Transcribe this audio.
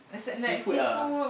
seafood ah